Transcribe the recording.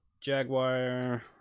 Jaguar